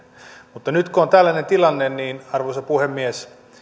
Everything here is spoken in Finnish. mutta nyt kun on tällainen tilanne arvoisa puhemies